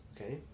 Okay